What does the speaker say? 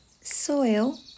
soil